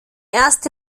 erste